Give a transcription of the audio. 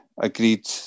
agreed